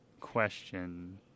question